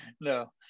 No